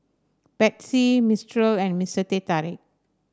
Betsy Mistral and Mister Teh Tarik